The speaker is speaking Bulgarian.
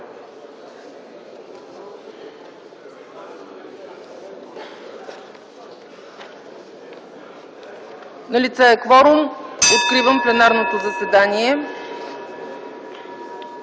Налице е кворум. Откривам пленарното заседание.